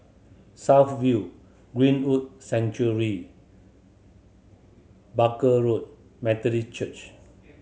South View Greenwood Barker Road Methodist Church